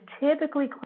typically